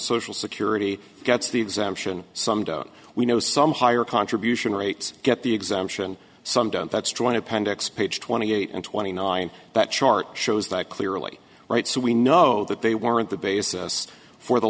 social security gets the exemption some don't we know some higher contribution rates get the exemption some don't that's true an appendix page twenty eight and twenty nine that chart shows that clearly right so we know that they weren't the basis for the